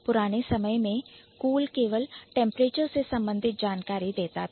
पुराने समय में Cool केवल Temperature से संबंधित जानकारी देता था